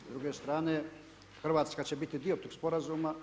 S druge strane, Hrvatska će biti dio tog sporazuma.